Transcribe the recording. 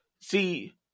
see